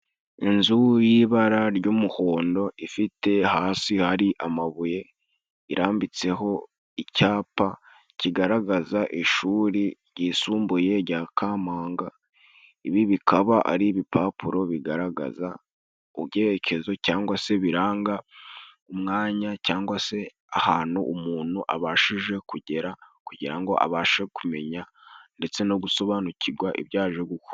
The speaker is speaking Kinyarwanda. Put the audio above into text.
Inzu y'ibara ry'umuhondo ifite hasi hari amabuye irambitseho icyapa kigaragaza ishuri ryisumbuye rya Kampanga. Ibi bikaba ari ibipapuro bigaragaza ubyerekezo cyangwa se biranga umwanya cyangwa se ahantu umuntu abashije kugera kugira ngo abashe kumenya ndetse no gusobanukirwa ibyo aje gukora.